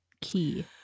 Key